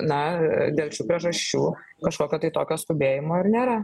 na dėl šių priežasčių kažkokio tai tokio skubėjimo ir nėra